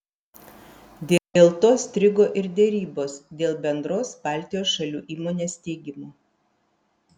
dėl to strigo ir derybos dėl bendros baltijos šalių įmonės steigimo